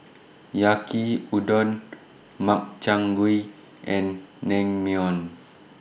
Yaki Udon Makchang Gui and Naengmyeon